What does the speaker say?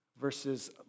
verses